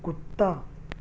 کتا